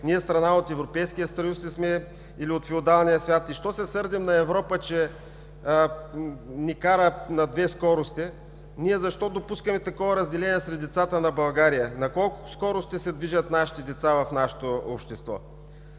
ние страна от Европейския съюз ли сме, или от феодалния свят?! И защо се сърдим на Европа, че ни кара на две скорости? Ние защо допускаме такова разделение сред децата на България? На колко скорости се движат нашите деца в нашето общество?